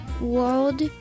World